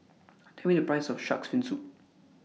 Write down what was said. Tell Me The Price of Shark's Fin Soup